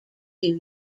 two